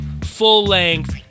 full-length